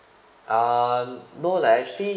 um no lah actually